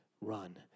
run